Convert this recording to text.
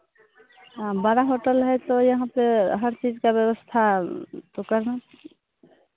हाँ बड़ा होटल है तो यहाँ पर हर चीज़ का व्यवस्था तो करना